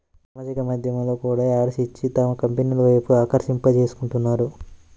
సామాజిక మాధ్యమాల్లో కూడా యాడ్స్ ఇచ్చి తమ కంపెనీల వైపు ఆకర్షింపజేసుకుంటున్నారు